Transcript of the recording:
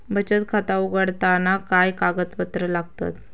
बचत खाता उघडताना काय कागदपत्रा लागतत?